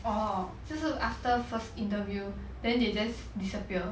oh 就是 after first interview then they just disappear